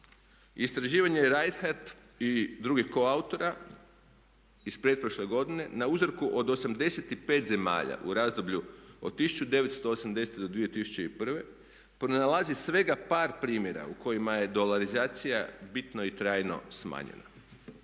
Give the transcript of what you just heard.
Istraživanje je Reinhardt i drugih koautora iz pretprošle godine na uzorku od 85 zemalja u razdoblju od 1980. do 2001. pronalazi par primjera u kojima je dolarizacija bitno i trajno smanjena